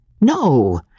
no